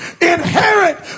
inherit